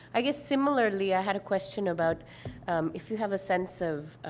i guess, similarly, i had a question about um, if you have a sense of,